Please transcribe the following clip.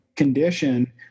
condition